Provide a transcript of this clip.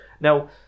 Now